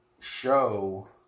show